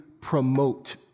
promote